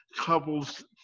couples